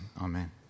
amen